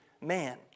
man